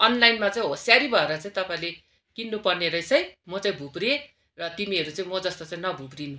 अनलाइनमा चाहिँ होसियारी भएर चाहिँ तपाईँहरूले किन्नु पर्ने रहेछ है म चाहिँ भुप्रिएँ र तिमीहरू चाहिँ म जस्तो चाहिँ न भुप्रिनु